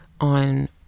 on